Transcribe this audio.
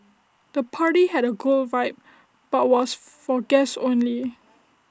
the party had A cool vibe but was for guests only